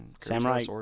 Samurai